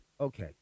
Okay